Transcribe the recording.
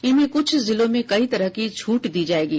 इनमें कुछ जिलों में कई तरह की छूट दी जाएंगी